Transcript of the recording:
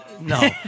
No